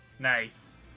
Nice